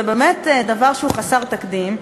זה באמת דבר שהוא חסר תקדים.